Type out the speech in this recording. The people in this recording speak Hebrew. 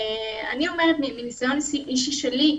מניסיון אישי שלי,